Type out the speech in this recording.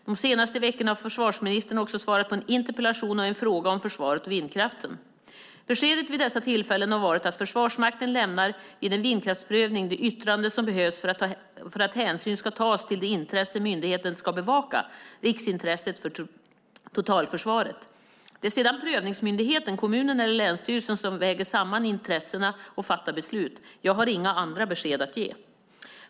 De senaste veckorna har försvarsministern också svarat på en interpellation och en fråga om försvaret och vindkraften. Beskedet vid dessa tillfällen har varit att Försvarsmakten lämnar vid en vindkraftsprövning det yttrande som behövs för att hänsyn ska tas till det intresse myndigheten ska bevaka - riksintresset för totalförsvaret. Det är sedan prövningsmyndigheten - kommunen eller länsstyrelsen - som väger samman intressena och fattar beslut. Jag har inga andra besked att ge.